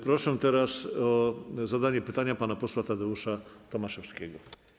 Proszę teraz o zadanie pytania pana posła Tadeusza Tomaszewskiego.